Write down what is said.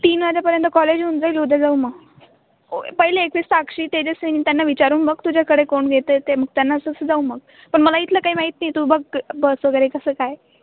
तीन वाजेपर्यंत कॉलेज होऊन जाईल उद्या जाऊ मग पहिले एकवीस साक्षी तेजस्विनी त्यांना विचारून मग तुझ्याकडे कोण घेते ते मग त्यांना तसं जाऊ मग पण मला इथलं काही माहीत नाही तू बघ बस वगैरे कसं काय